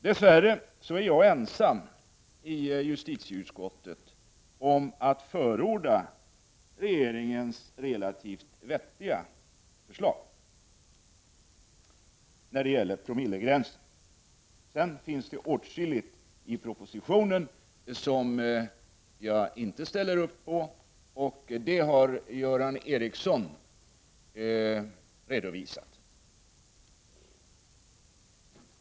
Dess värre är jag ensam i justitieutskottet om att förorda regeringens relativt vettiga förslag när det gäller promillegränsen. Därutöver finns det åtskilligt i propositionen som jag inte ställer upp på. Det har Göran Ericsson redovisat.